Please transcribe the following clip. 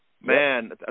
Man